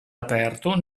aperto